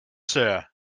sir